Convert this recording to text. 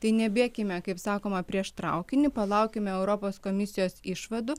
tai nebėkime kaip sakoma prieš traukinį palaukime europos komisijos išvadų